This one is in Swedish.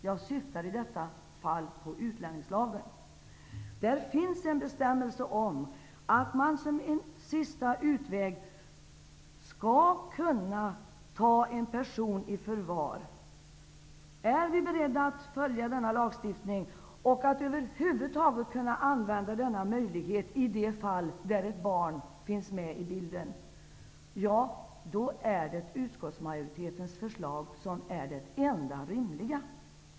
Jag syftar i detta fall på utlänningslagen. Där finns en bestämmelse om att man som en sista utväg skall kunna ta en person i förvar. Är vi beredda att följa denna lagstiftning, och över huvud taget använda denna möjlighet, i det fall barn finns med i bilden? Ja, då är utskottsmajoritetens förslag det enda rimliga.